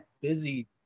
busy